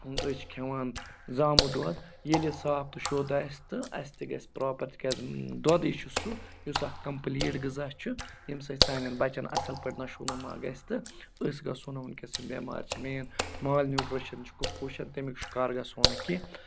أسۍ چھِ کھٮ۪وان زامہٕ دۄد ییٚلہِ یہِ صاف تہٕ شوٚد آسہِ تہٕ اَسہِ تہِ گژھِ پرٛاپَر تِکیٛازِ دۄدٕے چھِ سُہ یُس اَکھ کَمپَلیٖٹ غذا چھُ ییٚمہِ سۭتۍ سانٮ۪ن بَچَن اَصٕل پٲٹھۍ نَشوٗنُما گژھِ تہٕ أسۍ گژھو نہٕ وٕنۍکٮ۪س یِم بٮ۪مارِ چھِ مین مالنیوٗٹِرٛشَن چھِ کُپوشَن تَمیُک شکار گژھو نہٕ کینٛہہ